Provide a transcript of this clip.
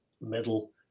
middle